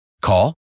Call